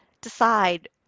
decide